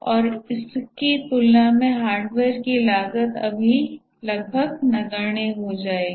और इसके तुलना में हार्डवेयर की लागत लगभग नगण्य हो जाएगी